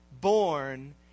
born